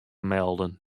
melden